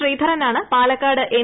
ശ്രീധരനാണ് Palakkad N